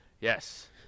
Yes